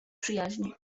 przyjaźni